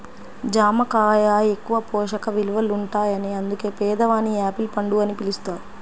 జామ కాయ ఎక్కువ పోషక విలువలుంటాయని అందుకే పేదవాని యాపిల్ పండు అని పిలుస్తారు